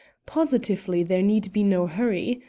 positively there need be no hurry.